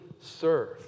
serve